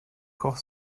koch